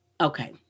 Okay